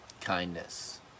kindness